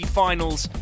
finals